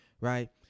Right